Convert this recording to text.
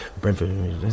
Brentford